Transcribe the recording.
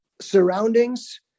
surroundings